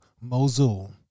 Mosul